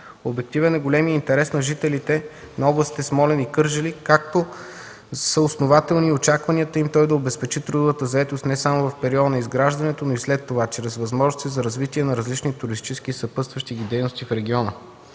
Обективен е големият интерес на жителите на областите Смолян и Кърджали, както са основателни очакванията им той да обезпечи трудовата заетост не само в периода на изграждането, но и след това – чрез възможности за развитие на различни туристически съпътстващи ги дейности в региона.